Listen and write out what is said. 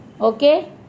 Okay